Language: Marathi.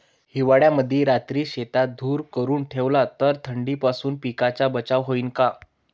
हिवाळ्यामंदी रात्री शेतात धुर करून ठेवला तर थंडीपासून पिकाचा बचाव होईन का?